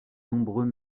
nombreux